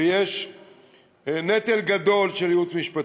ויש נטל גדול של ייעוץ משפטי.